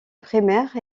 primaire